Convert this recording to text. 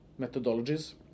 methodologies